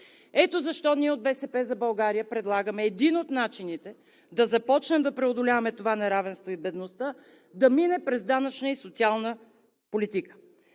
Ето защо от „БСП за България“ предлагаме един от начините да започнем да преодоляваме това неравенство и бедност да мине през данъчна и социална политика.